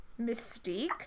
Mystique